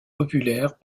populaire